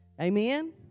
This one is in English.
Amen